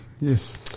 yes